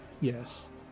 Yes